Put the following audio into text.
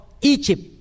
Egypt